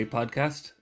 podcast